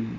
mm